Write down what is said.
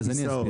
אז אני אסביר: